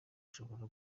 ushobora